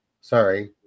sorry